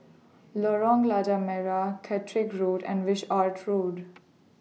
Lorong Merah Caterick Road and Wishart Road